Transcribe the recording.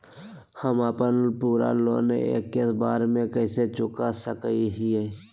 हम अपन पूरा लोन एके बार में कैसे चुका सकई हियई?